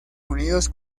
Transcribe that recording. unidos